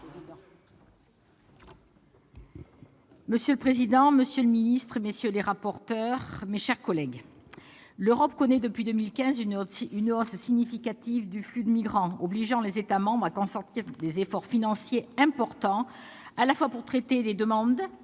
Monsieur le président, monsieur le ministre, mes chers collègues, l'Europe connaît depuis 2015 une hausse significative des flux de migrants, obligeant les États membres à consentir des efforts financiers importants, à la fois pour traiter les demandes,